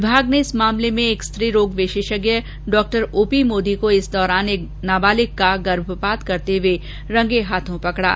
विभाग ने इस मामले एक स्त्री रोग विषेषज्ञ डा ओ पी मोदी को इस दौरान एक नाबालिक का गर्भपात करते हुए रंगे हाथों पकडा